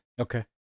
Okay